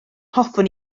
hoffwn